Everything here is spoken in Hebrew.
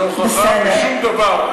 זו הוכחה לשום דבר.